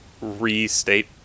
restate